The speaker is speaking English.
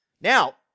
Now